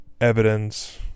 Evidence